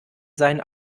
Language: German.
seinen